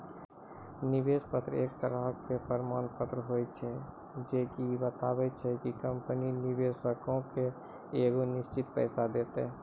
ऋण पत्र एक तरहो के प्रमाण पत्र होय छै जे की इ बताबै छै कि कंपनी निवेशको के एगो निश्चित पैसा देतै